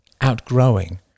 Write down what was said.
outgrowing